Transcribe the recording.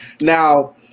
Now